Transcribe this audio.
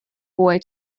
boy